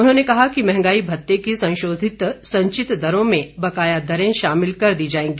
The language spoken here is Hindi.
उन्होंने कहा कि महंगाई भत्ते की संशोधित संचित दरों में बकाया दरें शामिल कर दी जायेंगी